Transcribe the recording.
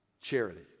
charity